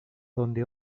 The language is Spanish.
donde